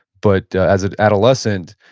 but as an adolescent,